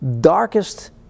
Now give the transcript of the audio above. darkest